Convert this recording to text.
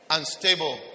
Unstable